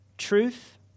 truth